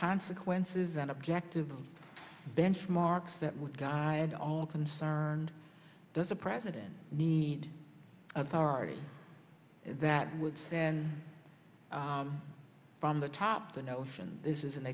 consequences an objective benchmarks that would guide all concerned does the president need authority that would stand from the top the notion this is an